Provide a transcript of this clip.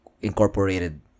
incorporated